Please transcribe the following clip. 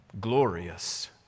glorious